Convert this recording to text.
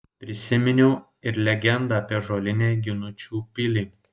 prisiminiau ir legendą apie ąžuolinę ginučių pilį